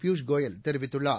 பியூஸ் கோயல் தெரிவித்துள்ளார்